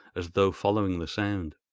as though following the sound.